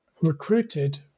recruited